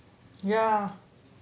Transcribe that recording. ya